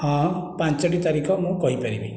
ହଁ ପାଞ୍ଚୋଟି ତାରିଖ ମୁଁ କହିପାରିବି